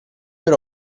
per